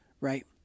right